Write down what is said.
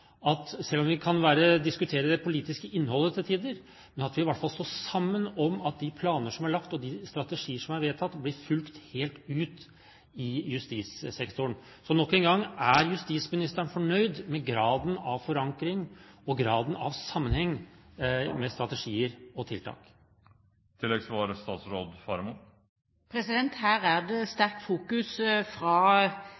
selv om vi kan diskutere det politiske innholdet til tider – at vi i hvert fall står sammen om de planer som er lagt, og at de strategier som er vedtatt, blir fulgt helt ut i justissektoren. Så nok en gang: Er justisministeren fornøyd med graden av forankring og med graden av sammenheng mellom strategier og tiltak?